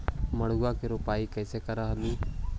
मड़उआ की रोपाई कैसे करत रहलू?